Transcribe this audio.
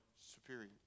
superior